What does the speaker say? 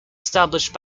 established